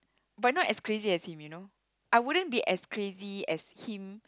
but not as crazy as him you know I wouldn't be as crazy as him